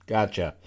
Gotcha